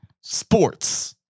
Sports